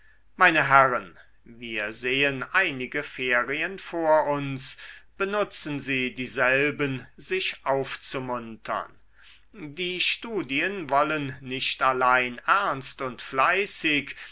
meine herren wir sehen einige ferien vor uns benutzen sie dieselben sich aufzumuntern die studien wollen nicht allein ernst und fleißig